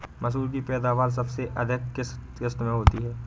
मसूर की पैदावार सबसे अधिक किस किश्त में होती है?